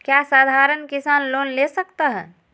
क्या साधरण किसान लोन ले सकता है?